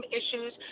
issues